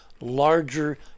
larger